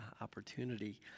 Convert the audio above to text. opportunity